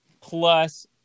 Plus